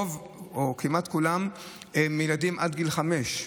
רובם או כמעט כולם הם ילדים עד גיל חמש,